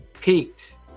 peaked